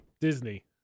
Disney